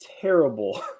terrible